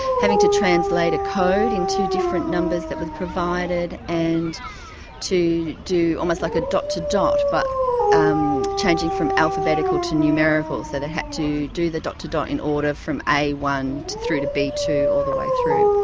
having to translate a code into different numbers that was provided, and to do almost like a dot to dot but changing from alphabetical to numerical. so they had to do the dot to dot in order from a one through to b two all the way through.